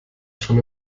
schon